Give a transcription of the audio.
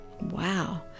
Wow